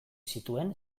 zituen